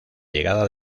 llegada